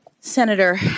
Senator